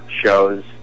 shows